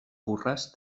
borràs